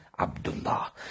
Abdullah